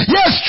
Yes